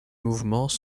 mouvements